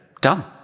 Done